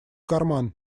карман